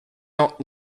not